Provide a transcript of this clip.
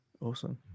Awesome